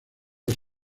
los